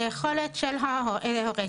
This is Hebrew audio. היכולת של ההורה,